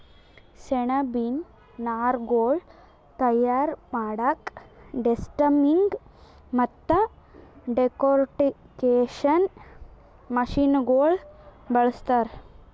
ಸೆಣಬಿನ್ ನಾರ್ಗೊಳ್ ತಯಾರ್ ಮಾಡಕ್ಕಾ ಡೆಸ್ಟಮ್ಮಿಂಗ್ ಮತ್ತ್ ಡೆಕೊರ್ಟಿಕೇಷನ್ ಮಷಿನಗೋಳ್ ಬಳಸ್ತಾರ್